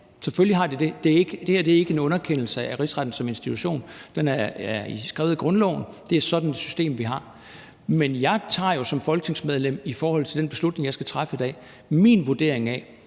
selvfølgelig har den det, det her er ikke en underkendelse af Rigsretten som institution, den er beskrevet i grundloven, og det er sådan et system, vi har – men jeg tager jo som folketingsmedlem i forhold til den beslutning, jeg skal træffe i dag, min vurdering af,